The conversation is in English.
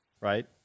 right